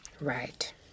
Right